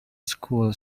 school